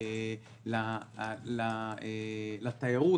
לתיירות.